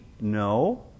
No